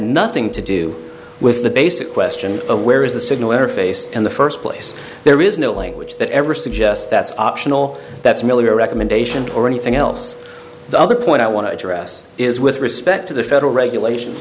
nothing to do with the basic question of where is the signal interface in the first place there is no language that ever suggests that's optional that's merely a recommendation or anything else the other point i want to address is with respect to the federal regulations